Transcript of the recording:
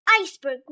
Iceberg